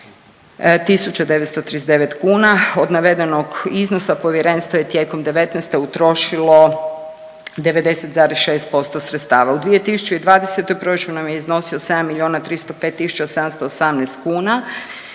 939 kuna, od navedenog iznosa povjerenstvo je tijekom '19. utrošilo 90,6% sredstava. U 2020. proračun nam je iznosio 7 milijuna 305 tisuća 718 kuna